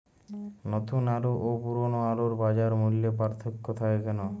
নতুন আলু ও পুরনো আলুর বাজার মূল্যে পার্থক্য থাকে কেন?